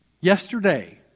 Yesterday